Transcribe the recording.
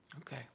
okay